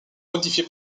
modifié